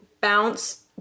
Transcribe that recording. bounce